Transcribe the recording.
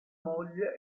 moglie